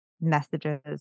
messages